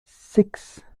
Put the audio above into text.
six